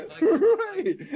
right